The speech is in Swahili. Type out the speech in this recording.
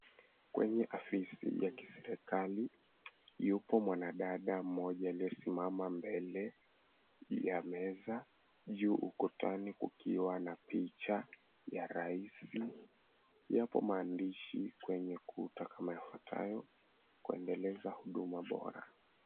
Kwenye afisi ya kiserikali yupo mwanadada mmoja aliyesimama mbele ya meza juu ukutani kukiwa na picha ya raisi. Yapo maandishi kwenye ukuta kama yafuatayo, Kuendeleza Huduma Bora.